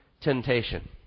temptation